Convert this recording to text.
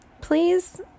please